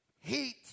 heat